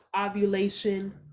ovulation